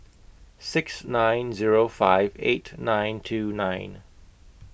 six nine Zero five eight nine two nine